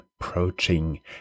approaching